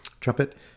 trumpet